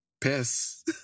piss